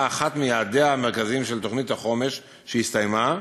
אחד מיעדיה המרכזיים של תוכנית החומש שהסתיימה,